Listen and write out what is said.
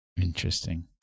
Interesting